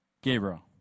Gabriel